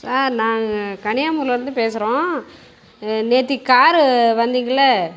sir நாங்கள் கன்னியாகுமரிலேருந்து பேசுகிறோம் நேற்றைக்கு காரு வந்தீங்களே